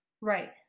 Right